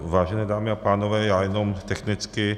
Vážené dámy a pánové, já jenom technicky.